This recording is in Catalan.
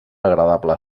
agradable